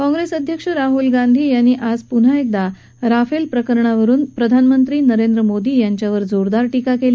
काँग्रेस अध्यक्ष राहुल गांधी यांनी आज पुन्हा एकदा राफेल प्रकरणावरून प्रधानमंत्री नरेंद्र मोदी यांच्यावर जोरदार टीका केली